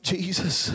Jesus